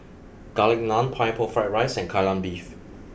Garlic Naan Pineapple Fried Rice and Kai Lan Beef